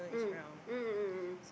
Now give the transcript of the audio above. mm mm mm mm mm